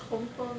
confirm